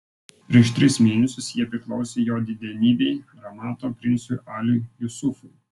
prieš tris mėnesius jie priklausė jo didenybei ramato princui aliui jusufui